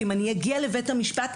ואם אני אגיע לבית-המשפט,